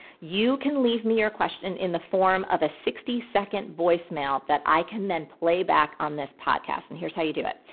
you can leave me your question in the form of a sixty second voicemail that i can then play back on this podcast. and here's how you do it.